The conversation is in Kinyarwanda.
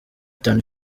itanu